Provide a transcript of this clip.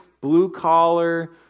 blue-collar